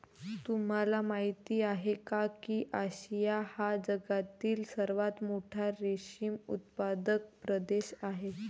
तुम्हाला माहिती आहे का की आशिया हा जगातील सर्वात मोठा रेशीम उत्पादक प्रदेश आहे